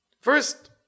First